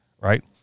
Right